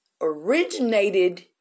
originated